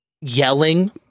yelling